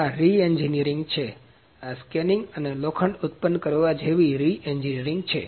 આ re engineering છે આ સ્કેનિંગ અને લોખંડ ઉત્પન્ન કરવા જેવી રી એન્જીનિયરિંગ છે